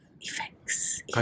Effects